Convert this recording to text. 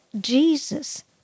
Jesus